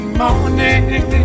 morning